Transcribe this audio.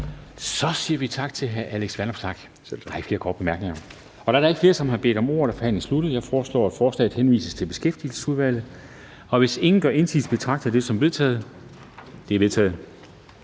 Så siger vi tak til hr. Alex Vanopslagh. Der er ikke flere korte bemærkninger. Da der ikke er flere, som har bedt om ordet, er forhandlingen sluttet. Jeg foreslår, at forslaget henvises til Beskæftigelsesudvalget. Og hvis ingen gør indsigelse, betragter jeg det som vedtaget. Det er vedtaget.